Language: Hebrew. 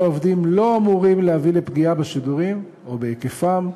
העובדים לא אמורים להביא לפגיעה בשידורים או בהיקפם,